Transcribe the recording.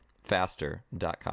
faster.com